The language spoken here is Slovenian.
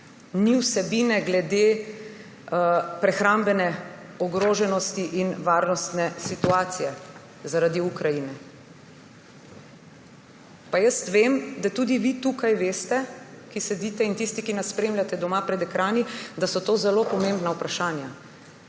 ni vsebine glede prehrambne ogroženosti in varnostne situacije zaradi Ukrajine. Pa jaz vem, da tudi vi, ki sedite tukaj, in tisti, ki nas spremljate doma pred ekrani, veste, da so to zelo pomembna vprašanja